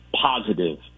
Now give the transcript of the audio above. positive